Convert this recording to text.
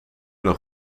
nog